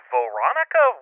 Veronica